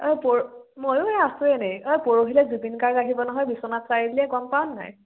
ঐ পৰ্ ময়ো সেই আছোঁ এনেই ঐ পৰহিলৈ জুবিন গাৰ্গ আহিব নহয় বিশ্বনাথ চাৰিআলিলৈ গম পাৱ নে নাই